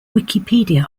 wikipedia